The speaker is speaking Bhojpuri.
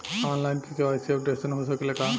आन लाइन के.वाइ.सी अपडेशन हो सकेला का?